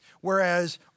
whereas